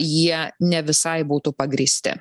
jie ne visai būtų pagrįsti